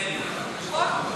וגם אנחנו